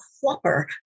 whopper